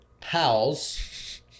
Pals